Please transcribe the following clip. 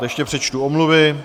Ještě přečtu omluvy.